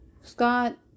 Scott